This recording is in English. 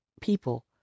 people